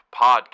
Podcast